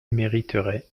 mériteraient